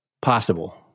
possible